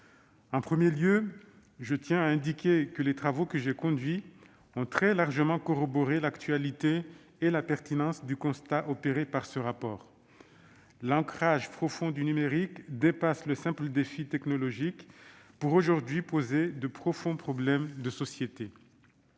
En premier lieu, je tiens à indiquer que les travaux que j'ai conduits ont très largement corroboré l'actualité et la pertinence du constat opéré par le rapport de la mission d'information : l'ancrage profond du numérique dépasse le simple défi technologique pour poser, aujourd'hui, de profonds problèmes de société.